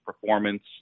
performance